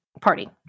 party